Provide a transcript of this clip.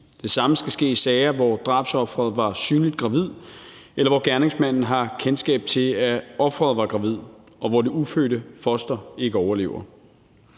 Det samme skal ske i sager, hvor drabsofferet var synligt gravid, eller hvor gerningsmanden havde kendskab til, at offeret var gravid, og hvor det ufødte foster ikke overlever.